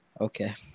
Okay